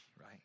right